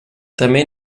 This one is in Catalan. també